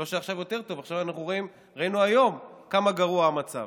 לא שעכשיו יותר טוב, ראינו היום כמה גרוע המצב.